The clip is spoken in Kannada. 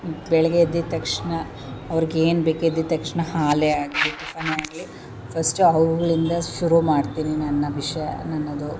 ಬೆಳಗ್ಗೆ ಎದ್ದಿದ್ದ ತಕ್ಷಣ ಅವ್ರಿಗೇನು ಬೇಕು ಎದ್ದಿದ್ದ ತಕ್ಷಣ ಹಾಲೇ ಆಗಲೀ ಟಿಫನೇ ಆಗಲೀ ಫಸ್ಟು ಅವಳಿಂದ ಶುರು ಮಾಡ್ತೀನಿ ನನ್ನ ವಿಷಯ ನನ್ನದು